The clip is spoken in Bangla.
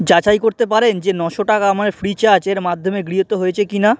যাচাই করতে পারেন যে নশো টাকা আমার ফ্রিচাজ এর মাধ্যমে গৃহীত হয়েছে কি না